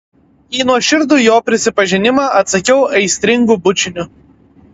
į nuoširdų jo prisipažinimą atsakiau aistringu bučiniu